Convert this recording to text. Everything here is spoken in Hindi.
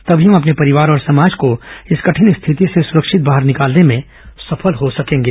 तभी हम अपने परिवार और समाज को इस कठिन स्थिति से सुरक्षित बाहर निकालने में सफल हो पाएंगे